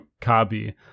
Kabi